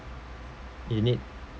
in it